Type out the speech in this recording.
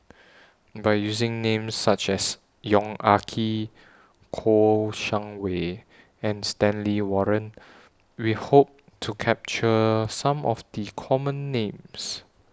By using Names such as Yong Ah Kee Kouo Shang Wei and Stanley Warren We Hope to capture Some of The Common Names